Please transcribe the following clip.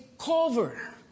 Cover